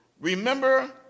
Remember